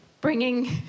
bringing